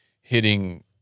hitting